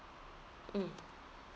mm